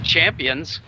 Champions